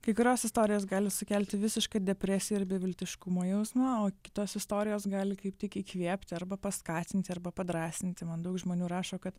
kai kurios istorijos gali sukelti visišką depresiją ir beviltiškumo jausmą o kitos istorijos gali kaip tik įkvėpti arba paskatinti arba padrąsinti man daug žmonių rašo kad